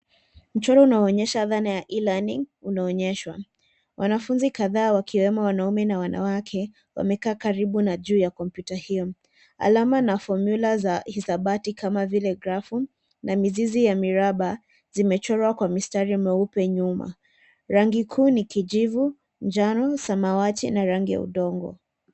Mchoro unaoonyesha dhana ya e-learning unaonyeshwa. Wanafunzi kadhaa wakiwemo wanaume na wanawake wamekaa karibu na juu ya kompyuta hio. Alama na fomyula za hisabati kama vile graph na mizizi ya miraba zimechorwa kwa mistari mweupe nyuma. Rangi kuu ni kijivu, njano, samawati na rangi ya udongo.